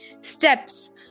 steps